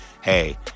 hey